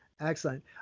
Excellent